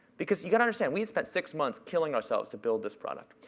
because you gotta understand, we had spent six months killing ourselves to build this product.